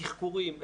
התחקורים,